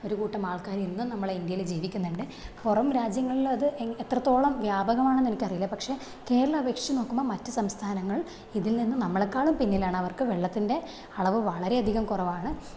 ഒരു കൂട്ടം ആള്ക്കാർ ഇന്നും നമ്മുടെ ഇന്ത്യയിൽ ജീവിക്കുന്നുണ്ട് പുറം രാജ്യങ്ങളിൽ അത് എത്രത്തോളം വ്യാപകമാണെന്ന് എനിക്ക് അറിയില്ല പക്ഷേ കേരളം അപേക്ഷിച്ച് നോക്കുമ്പോൾ മറ്റു സംസ്ഥാനങ്ങള് ഇതിൽ നിന്ന് നമ്മളെക്കാളും പിന്നിലാണ് അവർക്ക് വെള്ളത്തിന്റെ അളവ് വളരെയധികം കുറവാണ്